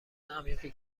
عمیقی